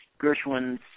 Gershwin's